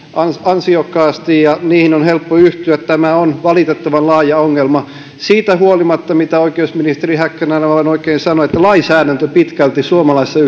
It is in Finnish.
ansiokkaasti ja niihin on helppo yhtyä tämä on valitettavan laaja ongelma siitä huolimatta mitä oikeusministeri häkkänen aivan oikein sanoi että lainsäädäntö pitkälti suomalaisessa